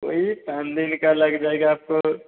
वही पाँच दिन का लग जाएगा आपको